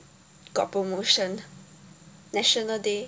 got promotion national day